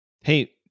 Hey